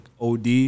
od